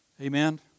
Amen